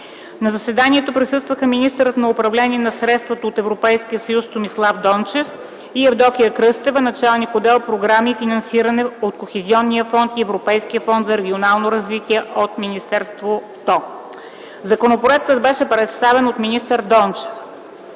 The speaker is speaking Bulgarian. На заседанието присъстваха министърът на управление на средствата от Европейския съюз Томислав Дончев и Евдокия Кръстева – началник отдел „Програми и финансиране от Кохезионния фонд и Европейския фонд за регионално развитие от министерството. Законопроектът беше представен от министър Дончев.